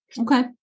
Okay